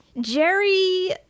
Jerry